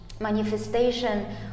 manifestation